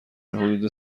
حدود